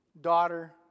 daughter